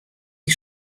die